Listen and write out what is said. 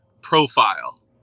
profile